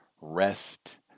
rest